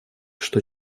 что